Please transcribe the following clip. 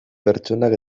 pertsonak